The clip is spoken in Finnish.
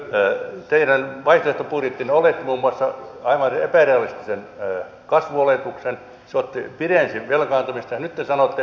teidän vaihtoehtobudjettinne oletti muun muassa aivan epärealistisen kasvuoletuksen se pidensi velkaantumista ja nyt te sanotte että pitäisi vielä korottaa veroja ei herra paratkoon jotka ovat suomessa aivan tapissa